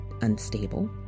unstable